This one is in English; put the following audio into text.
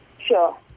sure